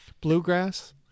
bluegrass